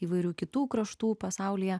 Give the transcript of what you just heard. įvairių kitų kraštų pasaulyje